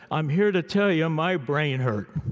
i'm here to tell ya, my brain hurt.